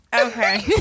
Okay